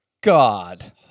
God